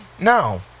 no